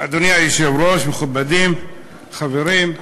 אדוני היושב-ראש, מכובדים, חברים,